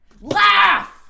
Laugh